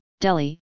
Delhi